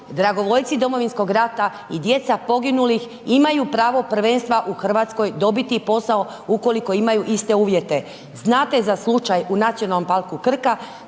dragovoljci Domovinskog rata i djeca poginulih imaju pravo prvenstva u Hrvatskoj dobiti posao, ukoliko imaju iste uvjete? Znate za slučaj u Nacionalnom parku Krka,